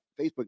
Facebook